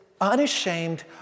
unashamed